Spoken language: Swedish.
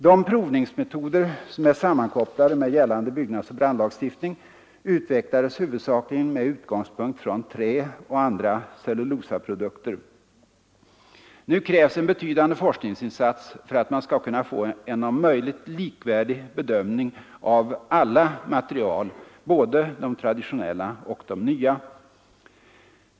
De provningsmetoder, som är sammankopplade med gällande byggnadsoch brandlagstiftning, utvecklades huvudsakligen med utgångspunkt från träoch andra cellulosaprodukter. Nu krävs det en betydande forskningsinsats för att man skall kunna få en om möjligt likvärdig bedömning av alla material, både de traditionella och de nya.